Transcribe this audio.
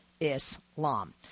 Islam